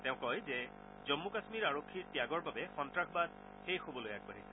তেওঁ কয় যে জম্মু কাম্মীৰ আৰক্ষীৰ ত্যাগৰ বাবে সন্তাসবাদ শেষ হ'বলৈ আগবাঢ়িছে